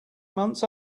months